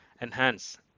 Enhance